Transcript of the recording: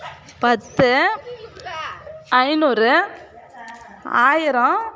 பத்து ஐந்நூறு ஆயிரம்